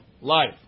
life